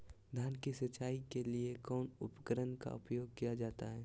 धान की सिंचाई के लिए कौन उपकरण का उपयोग किया जाता है?